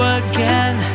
again